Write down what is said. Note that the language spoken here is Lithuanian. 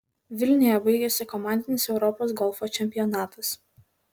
vilniuje baigėsi komandinis europos golfo čempionatas